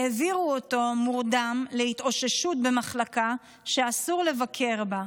העבירו אותו מורדם להתאוששות במחלקה שאסור לבקר בה,